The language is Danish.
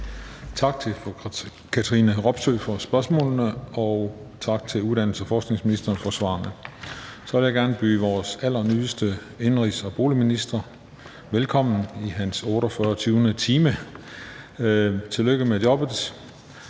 Tak til fru Katrine Robsøe fra spørgsmålene, og tak til uddannelses- og forskningsministeren for svarene. Så vil jeg gerne byde vores allernyeste indenrigs- og boligminister velkommen i hans 48. time. Tillykke med jobbet.